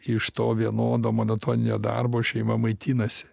iš to vienodo monotoninio darbo šeima maitinasi